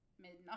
midnight